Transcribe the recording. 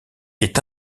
est